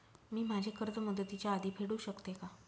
मी माझे कर्ज मुदतीच्या आधी फेडू शकते का?